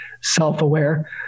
self-aware